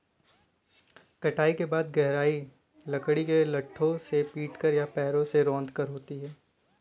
कटाई के बाद गहराई लकड़ी के लट्ठों से पीटकर या पैरों से रौंदकर होती है